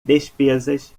despesas